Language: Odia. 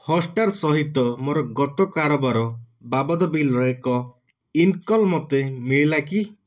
ହଟ୍ଷ୍ଟାର୍ ସହିତ ମୋର ଗତ କାରବାର ବାବଦ ବିଲ୍ର ଏକ ଇନକଲ୍ ମୋତେ ମିଳିଲା କି